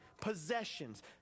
possessions